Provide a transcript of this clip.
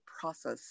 process